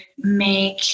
make